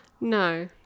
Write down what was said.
No